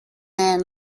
man